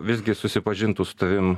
visgi susipažintų su tavim